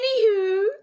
anywho